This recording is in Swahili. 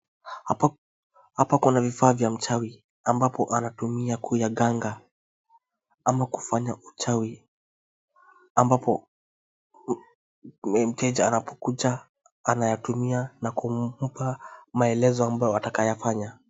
Hapa kuna vifaa vya mchawi ambapo anatumia kuyaganga ama kufanya uchawi ambapo mteja anapokuja anayatumia na kumpa maelezo ambayo atayafanya.